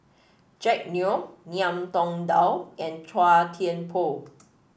Jack Neo Ngiam Tong Dow and Chua Thian Poh